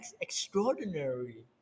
Extraordinary